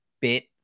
bit